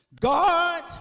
God